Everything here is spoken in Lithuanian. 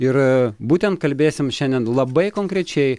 ir būtent kalbėsim šiandien labai konkrečiai